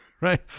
Right